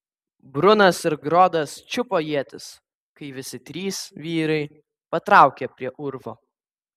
brunas ir grodas čiupo ietis kai visi trys vyrai patraukė prie urvo